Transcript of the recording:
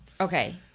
okay